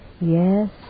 yes